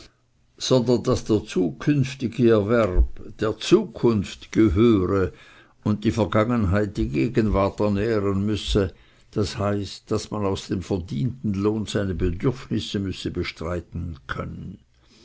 sondern daß der zukünftige erwerb der zukunft gehöre und die vergangenheit die gegenwart ernähren müsse das heißt daß man aus dem verdienten lohn seine bedürfnisse müsse bestreiten können